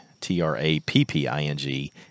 T-R-A-P-P-I-N-G